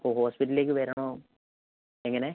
അപ്പോൾ ഹോസ്പിറ്റലിലേക്ക് വരണോ എങ്ങനെ